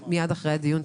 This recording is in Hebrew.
אפשר מייד אחרי הדיון.